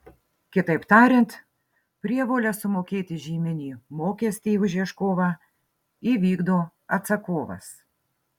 kitaip tariant prievolę sumokėti žyminį mokestį už ieškovą įvykdo atsakovas